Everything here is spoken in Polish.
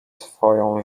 swoją